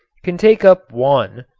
can take up one,